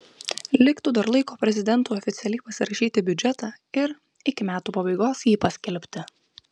liktų dar laiko prezidentui oficialiai pasirašyti biudžetą ir iki metų pabaigos jį paskelbti